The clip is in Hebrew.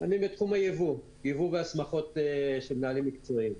אני בתחום ייבוא והסמכות של מנהלים מקצועיים.